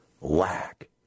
lack